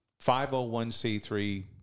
501c3